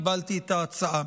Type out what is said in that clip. קיבלתי את ההצעה.